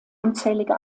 unzählige